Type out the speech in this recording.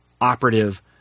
operative